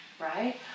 right